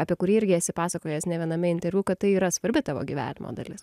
apie kurį irgi esi pasakojęs ne viename interviu kad tai yra svarbi tavo gyvenimo dalis